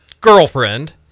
girlfriend